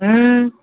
ம்